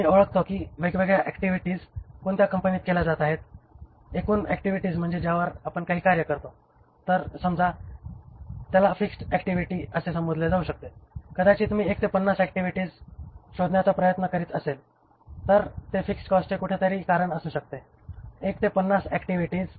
आम्ही ओळखतो की वेगवेगळ्या ऍक्टिव्हिटीज कोणत्या कंपनीत केल्या जात आहेत आणि एकूण ऍक्टिव्हिटी म्हणजे आपण ज्यावर काही कार्य करतो तर त्याला फिक्स्ड ऍक्टिव्हिटी म्हणून संबोधले जाऊ शकते कदाचित मी 1 ते 50 ऍक्टिव्हिटीज शोधण्याचा प्रयत्न करीत असेल तर ते फिक्स्ड कॉस्टचे कुठेतरी कारण असू शकते1 ते 50 ऍक्टिव्हिटीज